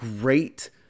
great